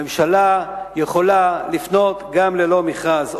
הממשלה יכולה לפנות גם ללא מכרז.